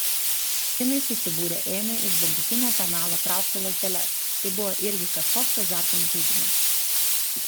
kinai susibūrę ėmė iš bambukinio penalo traukti lazdeles tai buvo irgi kažkoks azartinis žaidimas